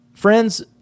Friends